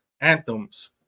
anthems